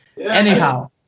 Anyhow